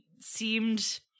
seemed